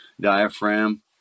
diaphragm